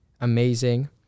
amazing